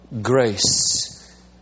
grace